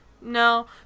No